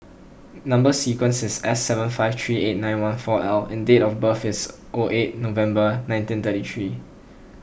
Number Sequence is S seven five three eight one four L and date of birth is O eight November nineteen thirty three